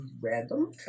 Random